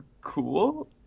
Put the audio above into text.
cool